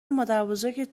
مادربزرگت